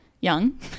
Young